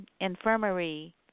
Infirmary